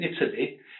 Italy